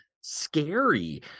scary